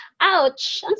ouch